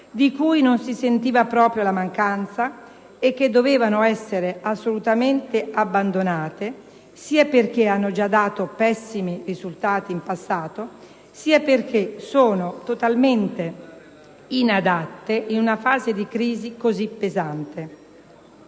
di cui non si sentiva proprio la mancanza e che dovevano essere assolutamente abbandonate, sia perché hanno già dato pessimi risultati in passato, sia perché sono totalmente inadatte in una fase di crisi così pesante.